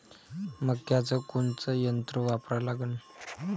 मक्याचं कोनचं यंत्र वापरा लागन?